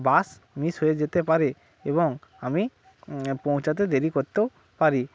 বাস miss হয়ে যেতে পারে এবং আমি পৌঁছাতেও দেরি করতেও পারি